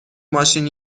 ماشین